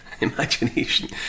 imagination